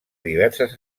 diverses